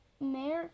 Mayor